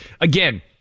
again